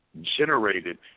generated